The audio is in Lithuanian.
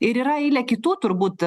ir yra eilė kitų turbūt